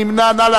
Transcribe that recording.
נא להצביע.